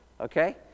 okay